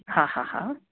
हा हा हा